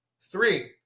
Three